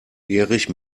erich